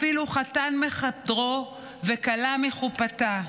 אפילו חתן מחדרו וכלה מחופתה.